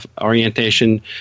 orientation